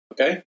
okay